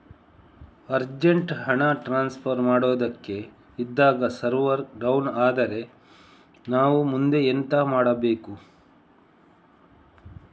Urgent ಹಣ transfer ಮಾಡೋದಕ್ಕೆ ಇದ್ದಾಗ ಸರ್ವರ್ ಡೌನ್ ಆದರೆ ನಾವು ಮುಂದೆ ಎಂತ ಮಾಡಬೇಕು?